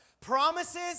Promises